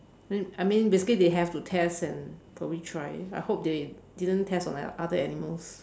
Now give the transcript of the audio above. then I mean basically they have to test and probably try it I hope that they didn't test on like other animals